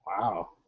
Wow